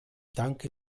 danke